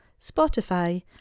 Spotify